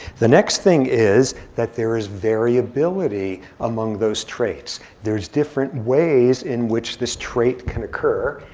the next thing is that there is variability among those traits. there's different ways in which this trait can occur,